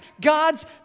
God's